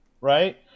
right